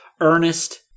Ernest